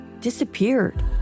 disappeared